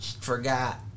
forgot